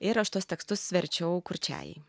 ir aš tuos tekstus verčiau kurčiajai